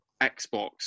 Xbox